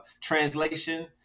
Translation